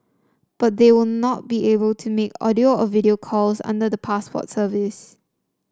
but they will not be able to make audio or video calls under the passport service